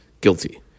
guilty